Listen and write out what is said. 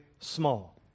small